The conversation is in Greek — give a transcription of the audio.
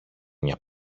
μια